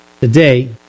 today